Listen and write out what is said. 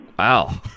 wow